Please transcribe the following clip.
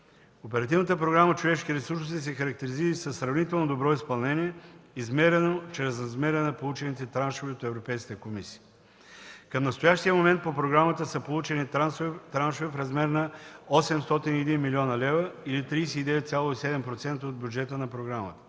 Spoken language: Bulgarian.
Оперативната програма „Човешки ресурси” се характеризира със сравнително добро изпълнение, измерено чрез размера на получените траншове от Европейската комисия. Към настоящия момент по програмата са получени траншове в размер на 801 млн. лв. или 39,7% от бюджета на програмата.